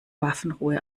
waffenruhe